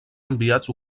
enviats